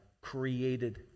created